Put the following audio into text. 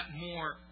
more